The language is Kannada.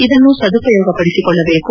ಇದನ್ನು ಸದುಪಯೋಗಪಡಿಸಿಕೊಳ್ಳಬೇಕು